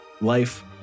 life